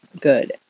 good